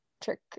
Trick